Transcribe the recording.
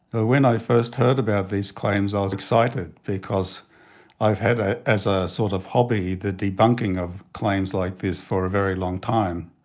ah when i first heard about these claims, i was excited because i've had, ah as a sort of hobby, the debunking of claims like this for a very long time.